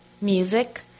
music